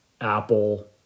Apple